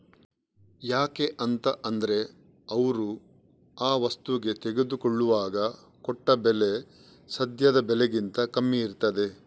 ಯಾಕೆ ಅಂತ ಅಂದ್ರೆ ಅವ್ರು ಆ ವಸ್ತುಗೆ ತೆಗೆದುಕೊಳ್ಳುವಾಗ ಕೊಟ್ಟ ಬೆಲೆ ಸದ್ಯದ ಬೆಲೆಗಿಂತ ಕಮ್ಮಿ ಇರ್ತದೆ